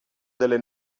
delle